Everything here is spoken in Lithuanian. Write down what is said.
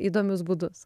įdomius būdus